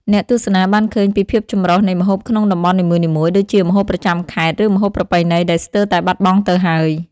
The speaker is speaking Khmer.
អ្នកទស្សនាបានឃើញពីភាពចម្រុះនៃម្ហូបក្នុងតំបន់នីមួយៗ ដូចជាម្ហូបប្រចាំខេត្ត ឬម្ហូបប្រពៃណីដែលស្ទើរតែបាត់បង់ទៅហើយ។